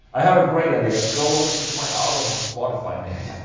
i have a great idea, go listen to my album on spotify maybe